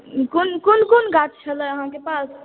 कोन कोन गाछ छलै अहाँके पास